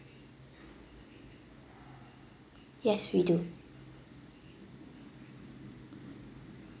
yes we do